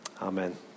amen